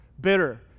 bitter